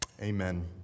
Amen